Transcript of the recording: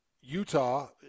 Utah